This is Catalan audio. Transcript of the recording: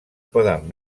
poden